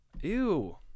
Ew